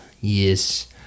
yes